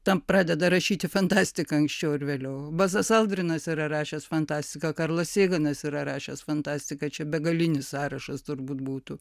tam pradeda rašyti fantastiką anksčiau ar vėliau bazazaltinas yra rašęs fantastika karlas johanas yra rašęs fantastiką čia begalinis sąrašas turbūt būtų